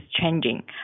changing